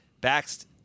Bax